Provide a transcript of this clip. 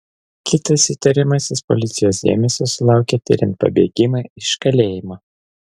kitas įtariamasis policijos dėmesio sulaukė tiriant pabėgimą iš kalėjimo